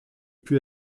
più